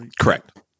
Correct